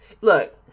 look